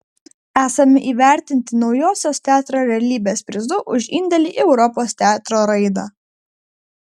esame įvertinti naujosios teatro realybės prizu už indėlį į europos teatro raidą